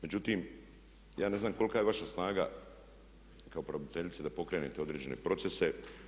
Međutim, ja ne znam kolika je vaša snaga kao pravobraniteljice da pokrenete određene procese?